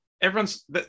everyone's